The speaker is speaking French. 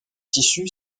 tissu